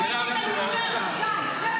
שאלה ראשונה --- די,